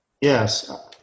Yes